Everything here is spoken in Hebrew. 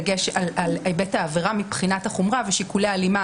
דגש על היבט העבירה מבחינת החומרה ושיקולי ההלימה,